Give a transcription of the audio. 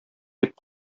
дип